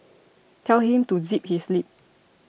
tell him to zip his lip